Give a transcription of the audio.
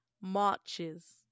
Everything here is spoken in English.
marches